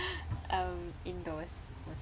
um indoors